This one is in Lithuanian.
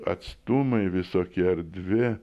atstumai visokie erdvė